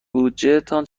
بودجهتان